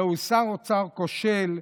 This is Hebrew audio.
זהו שר אוצר כושל,